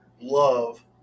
love